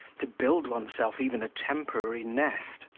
to build oneself even a temporary nest,